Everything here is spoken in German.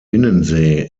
binnensee